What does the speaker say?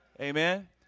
Amen